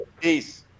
Peace